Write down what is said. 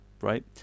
Right